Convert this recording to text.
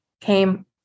came